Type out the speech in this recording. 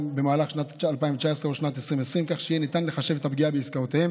במהלך שנת 2019 או בשנת 2020 כך שיהיה ניתן לחשב את הפגיעה בעסקאותיהם